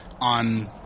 on